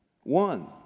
One